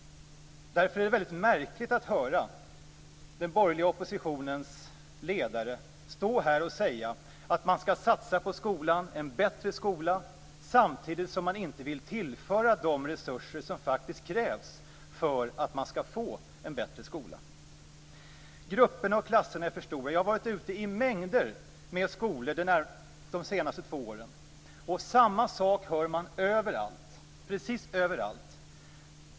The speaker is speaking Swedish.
Därför är det mycket märkligt att höra den borgerliga oppositionens ledare säga att man skall satsa på en bättre skola, samtidigt som man inte vill tillföra de resurser som faktiskt krävs för att man skall få en bättre skola. Grupperna och klasserna är för stora. Jag har varit ute i mängder av skolor de senaste två åren. Samma sak hör man överallt, precis överallt.